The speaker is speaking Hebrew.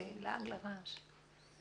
זה לעג לרש.